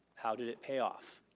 how did it pay off?